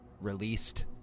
Released